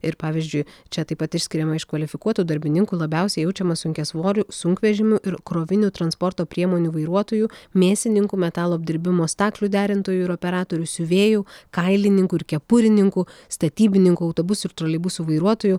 ir pavyzdžiui čia taip pat išskiriama iš kvalifikuotų darbininkų labiausiai jaučiamas sunkiasvorių sunkvežimių ir krovinių transporto priemonių vairuotojų mėsininkų metalo apdirbimo staklių derintojų ir operatorių siuvėjų kailininkų ir kepurininkų statybininkų autobusų ir troleibusų vairuotojų